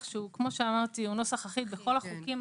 שכמו שאמרתי הוא נוסח אחיד בכל החוקים.